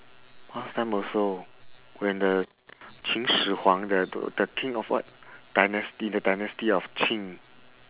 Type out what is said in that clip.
last time also when the qin shi huang the do~ the king of what dynasty the dynasty of qin